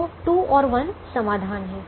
तो 2 और 1 समाधान है